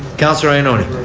counsellor ioannoni.